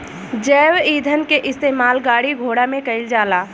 जैव ईंधन के इस्तेमाल गाड़ी घोड़ा में कईल जाला